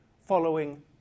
following